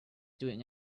doing